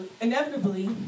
inevitably